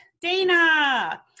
Dana